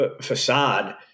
facade